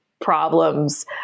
problems